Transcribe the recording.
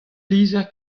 lizher